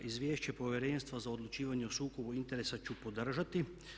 Izvješće Povjerenstva za odlučivanje o sukobu interesa ću podržati.